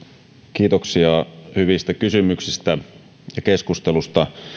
kiitoksia hyvistä kysymyksistä ja keskustelusta